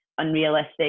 Unrealistic